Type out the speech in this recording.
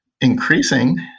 increasing